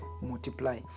multiply